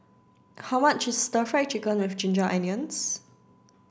how much is stir fry chicken with ginger onions